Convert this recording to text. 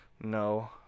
no